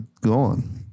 gone